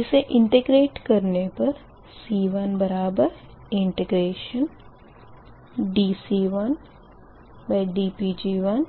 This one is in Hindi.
इसे इंटिग्रेट करने पर C1dC1dPg1